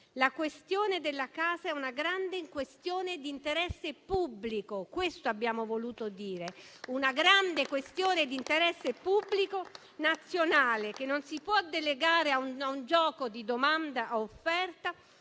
Quella della casa è una grande questione di interesse pubblico, questo abbiamo voluto dire. Una grande questione di interesse pubblico nazionale, che non si può delegare a un gioco di domanda e offerta,